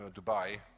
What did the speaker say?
Dubai